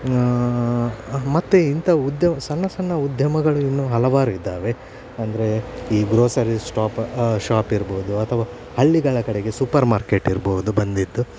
ಮತ್ತೆ ಇಂಥ ಉದ್ಯ ಸಣ್ಣ ಸಣ್ಣ ಉದ್ಯಮಗಳಿನ್ನು ಹಲವಾರು ಇದ್ದಾವೆ ಅಂದರೆ ಈ ಗ್ರೋಸರಿ ಸ್ಟಾಪ್ ಶಾಪ್ ಇರ್ಬೋದು ಅಥವಾ ಹಳ್ಳಿಗಳ ಕಡೆಗೆ ಸೂಪರ್ ಮಾರ್ಕೆಟ್ ಇರ್ಬೋದು ಬಂದಿದ್ದು